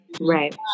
Right